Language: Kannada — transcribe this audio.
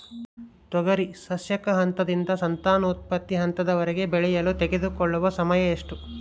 ತೊಗರಿ ಸಸ್ಯಕ ಹಂತದಿಂದ ಸಂತಾನೋತ್ಪತ್ತಿ ಹಂತದವರೆಗೆ ಬೆಳೆಯಲು ತೆಗೆದುಕೊಳ್ಳುವ ಸಮಯ ಎಷ್ಟು?